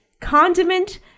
condiment